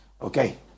Okay